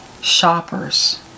shoppers